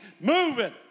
moving